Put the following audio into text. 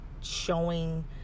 showing